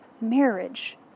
marriage